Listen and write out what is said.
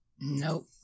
Nope